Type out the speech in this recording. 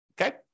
okay